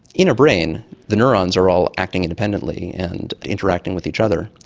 in a brain the neurons are all acting independently and interacting with each other,